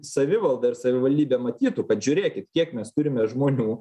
savivalda ir savivaldybė matytų kad žiūrėkit kiek mes turime žmonių